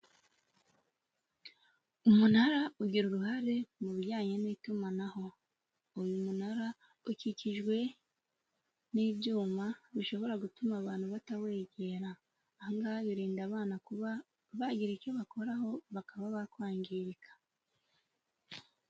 Umunara ugira uruhare mu bijyanye n'itumanaho. Uyu munara ukikijwe n'ibyuma bishobora gutuma abantu batawegera. Aha ngaha birinda abana kuba bagira icyo bakoraho, bakaba bakwangirika.